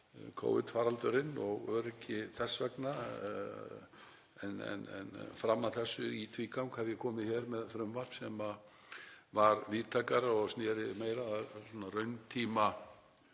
Covid faraldurinn og öryggi þess vegna en fram að þessu hef ég í tvígang komið hér með frumvarp sem var víðtækara og sneri meira að rauntímavöktun